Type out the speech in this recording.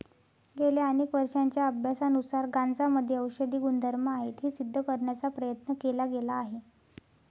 गेल्या अनेक वर्षांच्या अभ्यासानुसार गांजामध्ये औषधी गुणधर्म आहेत हे सिद्ध करण्याचा प्रयत्न केला गेला आहे